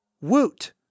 Woot